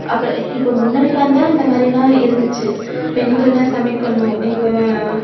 அப்போ இப்போ முன்னாடிலாம் தான் இந்தமாதிரிலாம் இருந்துச்சு பெண்கள் தான் சமைக்கணும் இப்போ